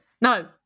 No